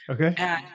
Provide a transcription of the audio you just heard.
Okay